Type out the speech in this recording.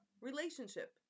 relationship